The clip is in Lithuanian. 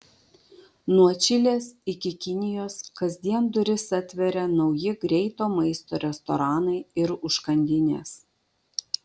nuo čilės iki kinijos kasdien duris atveria nauji greito maisto restoranai ir užkandinės